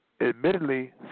Admittedly